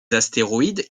astéroïdes